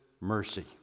mercy